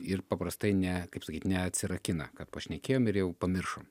ir paprastai ne kaip sakyt neatsirakina kad pašnekėjom ir jau pamiršom